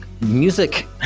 music